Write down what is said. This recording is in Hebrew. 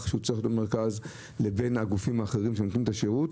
במרכז לגופים האחרים שנותנים את השירות.